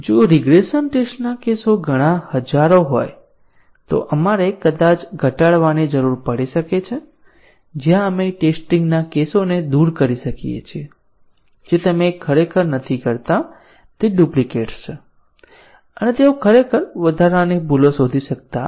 જો રીગ્રેસન ટેસ્ટના કેસો ઘણા હજારો હોય તો આપણે કદાચ ઘટાડવાની જરૂર પડી શકે જ્યાં આપણે ટેસ્ટીંગ ના કેસોને દૂર કરીએ છીએ જે તમે ખરેખર નથી કરતા તે ડુપ્લિકેટ્સ છે અને તેઓ ખરેખર વધારાની ભૂલો શોધી શકતા નથી